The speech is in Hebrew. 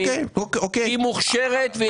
היא מוכשרת.